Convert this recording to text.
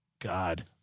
God